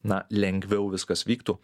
na lengviau viskas vyktų